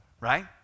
right